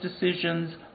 decisions